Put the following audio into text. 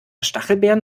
stachelbeeren